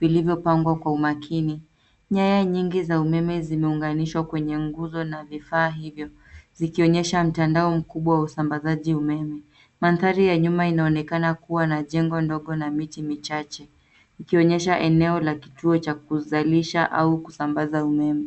vilvyopangwa kwa umakini. Nyaya nyingi za umeme zimeunganishwa kwenye nguzo na vifaa hivyo zikionyesha mtandao mkubwa wa usambazaji umeme. Mandhari ya nyuma inaonekana na jengo ndogo na miti michache, ikionyesha eneo la kituo cha kuzalisha au kusambaza umeme.